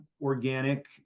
organic